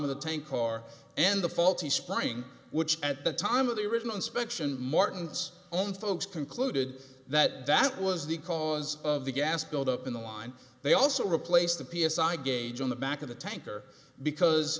of the tank car and the faulty spying which at the time of the original inspection martin's own folks concluded that that was the cause of the gas buildup in the line they also replaced the p s i i gauge on the back of the tanker because